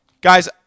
guys